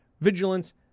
vigilance